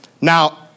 Now